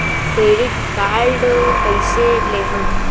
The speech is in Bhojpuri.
क्रेडिट कार्ड कईसे लेहम?